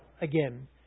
Again